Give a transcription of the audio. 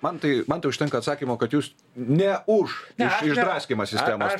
man tai man tai užtenka atsakymo kad jūs ne už už išdraskymą sistemos